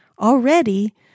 Already